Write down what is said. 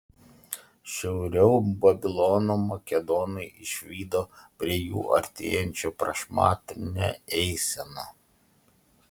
šiauriau babilono makedonai išvydo prie jų artėjančią prašmatnią eiseną